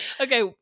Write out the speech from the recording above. okay